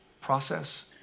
Process